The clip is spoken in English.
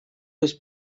was